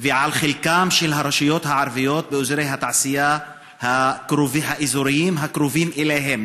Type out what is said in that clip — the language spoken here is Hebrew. וחלקן של הרשויות הערביות באזורי התעשייה האזוריים הקרובים אליהן.